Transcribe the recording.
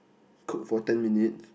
cook for ten minutes